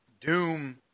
Doom